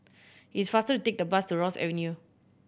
it is faster to take the bus to Ross Avenue